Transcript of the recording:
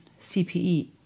CPE